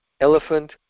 elephant